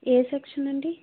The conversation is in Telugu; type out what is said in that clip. ఏ సెక్షన్ అండి